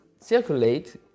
circulate